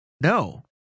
No